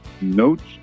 Notes